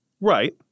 Right